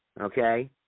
Okay